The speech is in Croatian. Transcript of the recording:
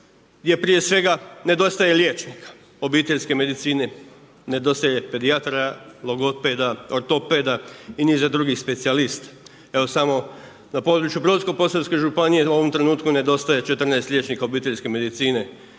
gdje prije svega nedostaje liječnika obiteljske medicine, nedostaje pedijatara, logopeda, ortopeda i niza drugih specijalista. Evo samo na području Brodsko-posavske u ovom trenutku nedostaje 14 liječnika obiteljske medicine